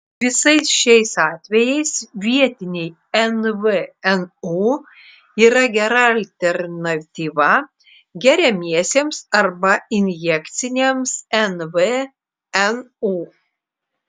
visais šiais atvejais vietiniai nvnu yra gera alternatyva geriamiesiems arba injekciniams nvnu